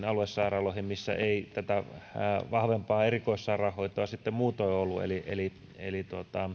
aluesairaaloihin missä ei vahvempaa erikoissairaanhoitoa sitten muutoin ollut eli eli